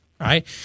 Right